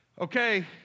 Okay